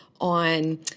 on